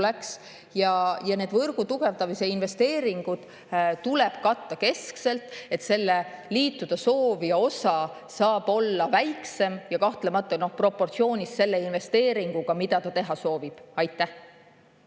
tuleks. Võrgu tugevdamise investeeringud tuleb katta keskselt, et liituda soovija osa saaks olla väiksem ja kahtlemata proportsioonis selle investeeringuga, mida ta teha soovib. Aitäh!